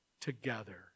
together